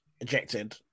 ejected